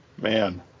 Man